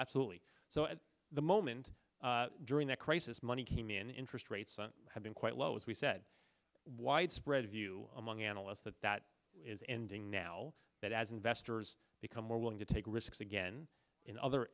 absolutely so at the moment during that crisis money came in interest rates have been quite low as we've said widespread view among analysts that that is ending now that as investors become more willing to take risks again in other